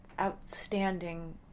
outstanding